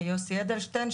יוסי אדלשטיין,